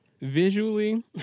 Visually